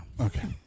Okay